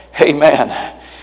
Amen